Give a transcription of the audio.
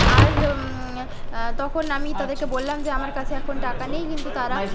আর তখন আমি তাদেরকে বললাম যে আমার কাছে এখন টাকা নেই কিন্তু তারা